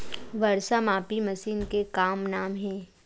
वर्षा मापी मशीन के का नाम हे?